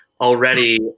already